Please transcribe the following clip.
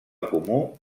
comú